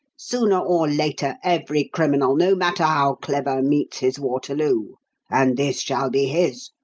sooner or later every criminal, no matter how clever, meets his waterloo and this shall be his!